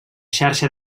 xarxa